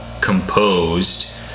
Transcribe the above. composed